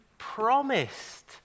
promised